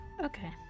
okay